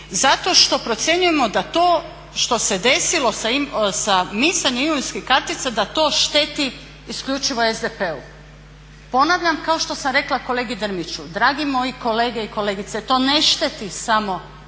zato što procjenjujemo da to što se desilo sa micanjem imovinske kartica da to šteti isključivo SDP-u. Ponavljam kao što sam rekla kolegi Drmiću, dragi moji kolege i kolegice to ne šteti samo SDP-u,